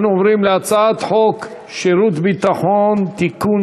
אנחנו עוברים להצעת חוק שירות ביטחון (תיקון,